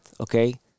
okay